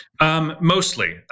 Mostly